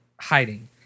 hiding